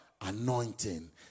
anointing